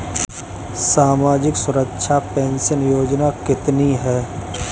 सामाजिक सुरक्षा पेंशन योजना कितनी हैं?